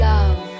Love